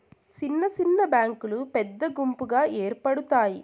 సిన్న సిన్న బ్యాంకులు పెద్ద గుంపుగా ఏర్పడుతాయి